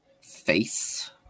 face